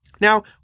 Now